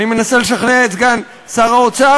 אני מנסה לשכנע את סגן שר האוצר,